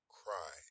cry